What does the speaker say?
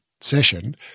session